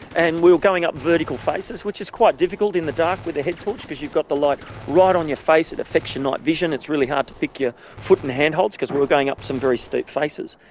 and we were going up vertical faces, which is quite difficult in the dark with a head torch because you've got the light right on your face, it effects your night vision, it's really hard to pick your foot and handholds, because we were going up some very steep faces.